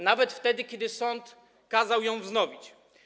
Nawet wtedy, kiedy sąd kazał ją wznowić.